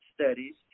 studies